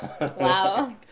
Wow